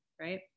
right